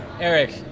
Eric